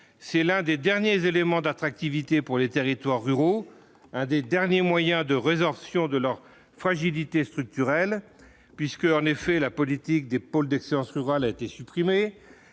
c'est l'un des derniers éléments d'attractivité pour les territoires ruraux, un des derniers moyens de résorption de leur fragilité structurelle puisque, en effet, la politique des pôles d'excellence rurale a été supprimé